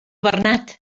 bernat